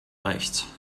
recht